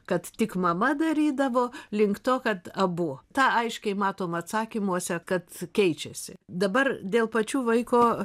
kad tik mama darydavo link to kad abu tą aiškiai matom atsakymuose kad keičiasi dabar dėl pačių vaiko